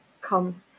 Come